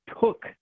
took